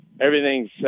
Everything's –